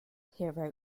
hero